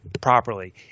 properly